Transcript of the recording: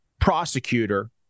prosecutor